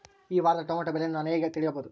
ಈ ವಾರದ ಟೊಮೆಟೊ ಬೆಲೆಯನ್ನು ನಾನು ಹೇಗೆ ತಿಳಿಯಬಹುದು?